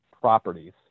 properties